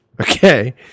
Okay